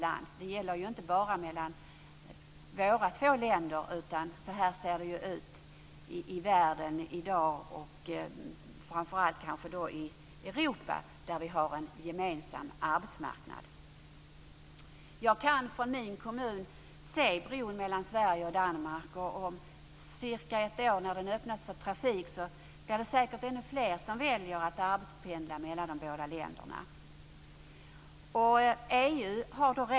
Det gäller inte bara de för oss aktuella två länderna, utan så här ser det i dag ut också i världen i övrigt, kanske framför allt i Europa, där vi har en gemensam arbetsmarknad. Jag kan från min hemkommun se bron mellan Sverige och Danmark, och när den öppnas för trafik om cirka ett år blir det säkert ännu fler som kommer att välja att arbetspendla mellan de båda länderna.